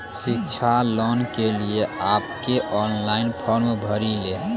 शिक्षा लोन के लिए आप के ऑनलाइन फॉर्म भरी ले?